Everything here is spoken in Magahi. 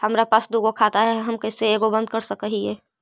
हमरा पास दु गो खाता हैं, हम कैसे एगो के बंद कर सक हिय?